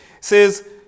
says